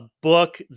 book